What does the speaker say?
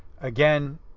Again